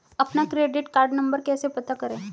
अपना credit card number कैसे पता करें?